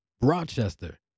Rochester